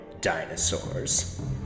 dinosaurs